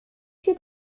się